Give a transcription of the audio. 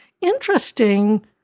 interesting